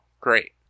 Great